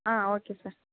ah okay sir